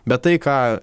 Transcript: bet tai ką